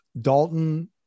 Dalton